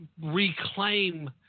reclaim